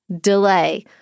delay